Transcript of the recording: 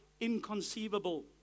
inconceivable